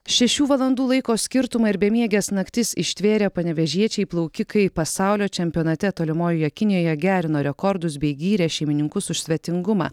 šešių valandų laiko skirtumą ir bemieges naktis ištvėrę panevėžiečiai plaukikai pasaulio čempionate tolimojoje kinijoje gerino rekordus bei gyrė šeimininkus už svetingumą